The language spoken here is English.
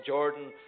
Jordan